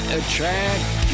attract